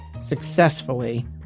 successfully